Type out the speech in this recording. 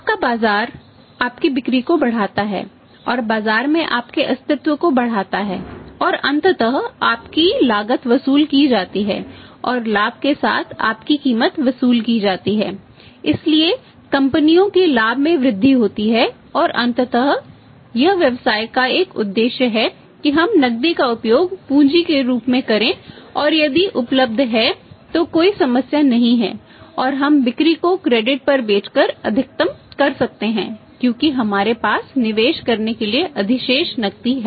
आपका बाजार आपकी बिक्री को बढ़ाता है और बाजार में आपके अस्तित्व को बढ़ाता है और अंततः आपकी लागत वसूल की जाती है और लाभ के साथ आपकी कीमत वसूल की जाती है इसलिए कंपनियों के लाभ में वृद्धि होती है और अंततः यह व्यवसाय का एक उद्देश्य है कि हम नकदी का उपयोग पूंजी के रूप में करें और यदि उपलब्ध है तो कोई समस्या नहीं है और हम बिक्री को क्रेडिट पर बेचकर अधिकतम कर सकते हैं क्योंकि हमारे पास निवेश करने के लिए अधिशेष नकदी है